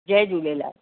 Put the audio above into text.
Jay Jhulelal